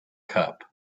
cup